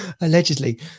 Allegedly